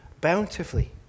bountifully